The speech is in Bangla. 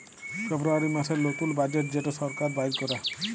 ফেব্রুয়ারী মাসের লতুল বাজেট যেট সরকার বাইর ক্যরে